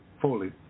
fully